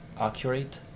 accurate